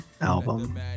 album